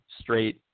straight